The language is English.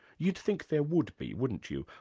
you'd think there would be, wouldn't you?